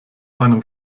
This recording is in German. einem